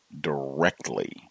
directly